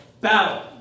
battle